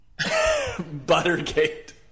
Buttergate